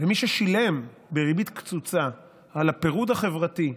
ומי ששילם בריבית קצוצה על הפירוד החברתי,